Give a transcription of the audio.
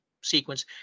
sequence